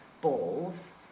balls